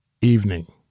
evening